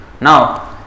Now